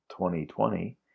2020